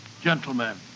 gentlemen